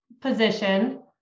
position